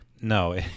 No